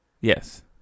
yes